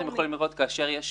אתם יכולים לראות שכאשר יש